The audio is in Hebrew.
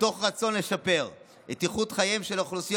מתוך רצון לשפר את איכות חייהן של אוכלוסיות